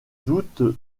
doute